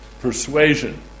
persuasion